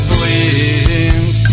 Flint